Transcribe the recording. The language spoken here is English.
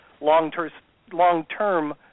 long-term